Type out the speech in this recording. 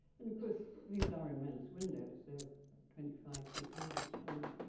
and of course, these are immense windows. they're twenty five feet high, each one i